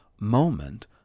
moment